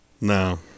no